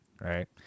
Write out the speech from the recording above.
right